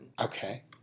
Okay